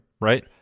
right